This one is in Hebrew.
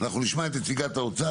נשמע את נציגת האוצר,